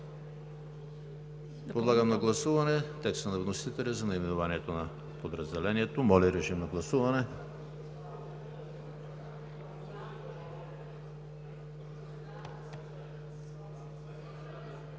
Подлагам на гласуване текста на вносителя за наименованието на подразделението. Гласували